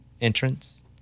entrance